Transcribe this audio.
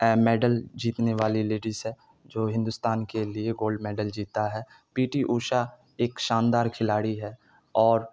medal جیتنے والی ladies ہے جو ہندوستان کے لیے گولڈ میڈل جیتا ہے پی ٹی اوشا ایک شاندار کھلاڑی ہے اور